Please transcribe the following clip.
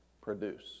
produce